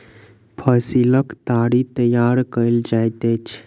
फसीलक ताड़ी तैयार कएल जाइत अछि